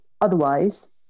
otherwise